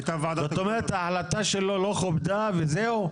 זאת אומרת, ההחלטה שלו לא כובדה וזהו?